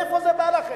מאיפה זה בא לכם?